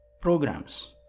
programs